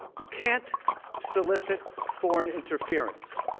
you can't solicit foreign interference